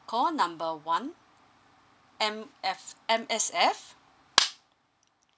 call number one M_F M_S_F